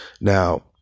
Now